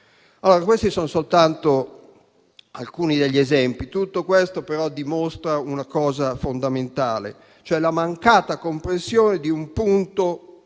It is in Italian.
Questi sono soltanto alcuni esempi, ma tutto questo dimostra una cosa fondamentale, cioè la mancata comprensione di un punto